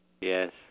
Yes